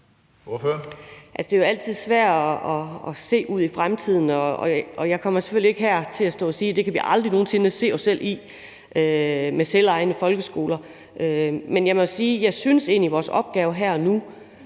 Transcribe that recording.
Det er jo altid svært at se ud i fremtiden, og jeg kommer selvfølgelig ikke her til at stå og sige, at det med selvejende folkeskoler kan vi aldrig nogen sinde se os selv i. Men jeg må sige, at jeg synes, at vores opgave her og nu